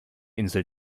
insel